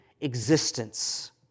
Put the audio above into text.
existence